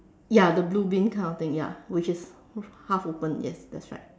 ya the blue bin kind of thing ya which is half opened yes that's right